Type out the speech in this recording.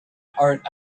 art